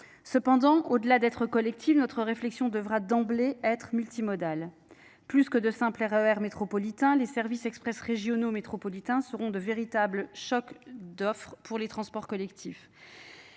Cependant, au delà d'être collective, notre réflexion devra d'emblée être multimodale plus que de simples Ee R métropolitain les services expression aux métropolitains seront de véritables choc d'offre pour les transports collectifs.